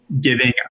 giving